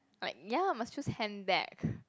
like ya must choose handbag